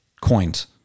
coins